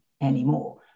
anymore